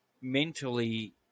mentally